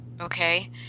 Okay